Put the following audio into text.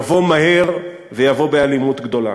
יבוא מהר ויבוא באלימות גדולה.